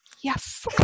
yes